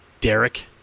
Derek